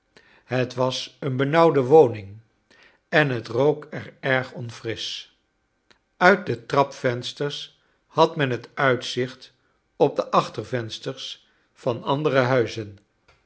het was een benauwde woning en bet rook er erg onfrisch uit de trapvensters had men het uitzicht op de achtervensters van andere huizen